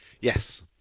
Yes